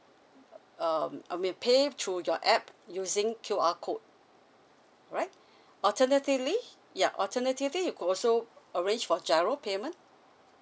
um I mean pay through your app using Q_R code right alternatively yeah alternatively you could also arrange for giro payment